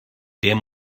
der